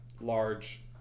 large